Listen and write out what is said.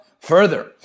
Further